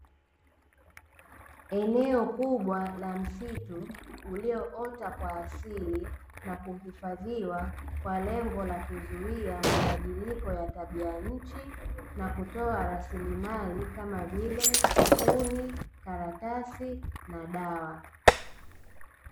Eneo kubwa la msitu, ulioota kwa asili na kuhifadhiwa kwa lengo la kuzuia mabadiliko ya tabia nchi na kutoa rasilimali kama vile; kuni, karatasi na dawa.